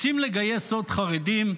רוצים לגייס עוד חרדים?